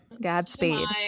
Godspeed